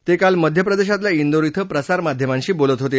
ते काल मध्यप्रदेशातल्या डीर िं प्रसारमाध्यमांशी बोलत होते